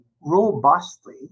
robustly